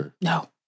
No